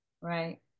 right